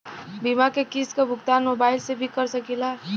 बीमा के किस्त क भुगतान मोबाइल से भी कर सकी ला?